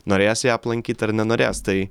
norės ją aplankyt ar nenorės tai